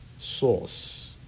source